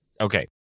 Okay